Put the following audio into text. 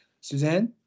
Suzanne